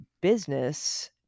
business